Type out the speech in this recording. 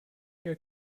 ihr